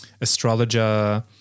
astrologer